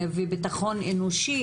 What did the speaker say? וביטחון אנושי,